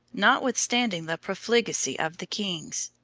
notwithstanding the profligacy of the kings,